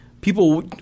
People